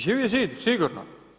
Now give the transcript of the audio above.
Živi zid, sigurno.